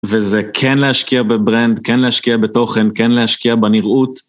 וזה כן להשקיע בברנד, כן להשקיע בתוכן, כן להשקיע בנראות.